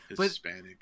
Hispanic